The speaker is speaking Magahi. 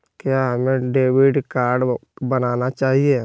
क्या हमें डेबिट कार्ड बनाना चाहिए?